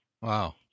Wow